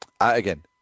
again